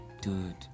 dude